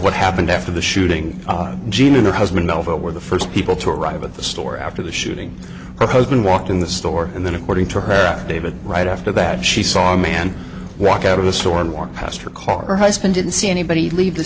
what happened after the shooting jean and her husband know if it were the first people to arrive at the store after the shooting her husband walked in the store and then according to her affidavit right after that she saw a man walk out of the store and walk past her car her husband didn't see anybody leave the